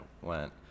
went